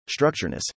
structureness